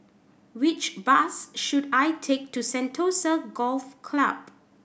which bus should I take to Sentosa Golf Club